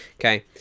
okay